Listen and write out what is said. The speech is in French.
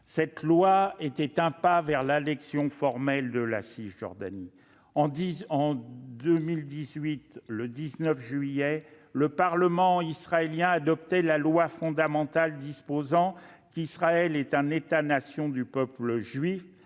Cette loi était déjà un pas vers l'annexion formelle de la Cisjordanie. Le 19 juillet 2018, le Parlement israélien adoptait une loi fondamentale disposant qu'Israël est « l'État-nation du peuple juif